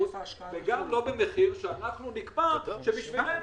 וגם לא במחיר שאנחנו נקבע שבשבילנו